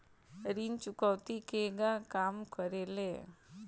ऋण चुकौती केगा काम करेले?